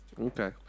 Okay